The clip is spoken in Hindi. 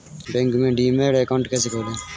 बैंक में डीमैट अकाउंट कैसे खोलें?